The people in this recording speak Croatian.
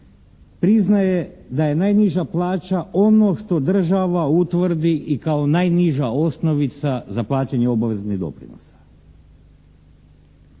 priznaje da je najniža plaća ono što država utvrdi i kao najniža osnovica za plaćanje obaveznih doprinosa.